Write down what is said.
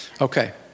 Okay